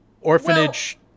orphanage